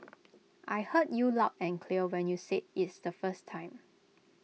I heard you loud and clear when you said is the first time